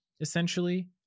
essentially